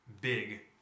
big